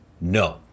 No